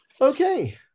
Okay